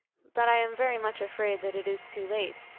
but i am very much afraid that it is too late.